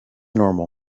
normal